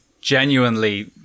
genuinely